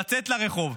לצאת לרחוב.